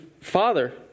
father